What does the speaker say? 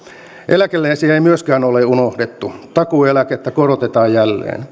eläkeläisiä ei myöskään ole unohdettu takuueläkettä korotetaan jälleen